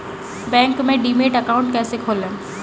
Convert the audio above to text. Bank में demat account कैसे खोलें?